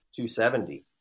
270